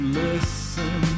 listen